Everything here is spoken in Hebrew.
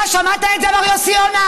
אתה שמעת את זה, מר יוסי יונה?